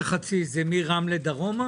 זה מרמלה דרומה?